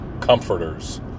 comforters